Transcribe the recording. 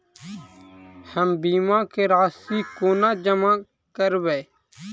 हम बीमा केँ राशि कोना जमा करबै?